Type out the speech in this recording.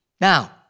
Now